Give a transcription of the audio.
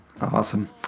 Awesome